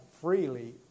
freely